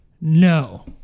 no